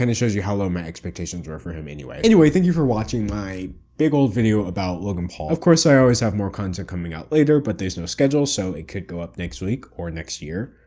and shows you how low my expectations were for him anyway. anyway, thank you for watching my big old video about logan paul. of course, i always have more content coming out later, but there's no schedule. so, it could go up next week or next year.